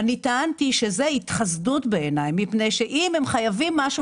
אני טענתי שזאת התחסדות בעיניי מפני שאם הם חייבים משהו,